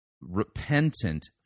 repentant